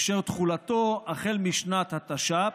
אשר תחולתו מאז שנת התש"ף,